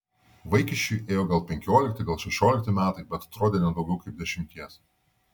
vaikiščiui ėjo gal penkiolikti gal šešiolikti metai bet atrodė ne daugiau kaip dešimties